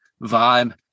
vibe